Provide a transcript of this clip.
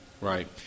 Right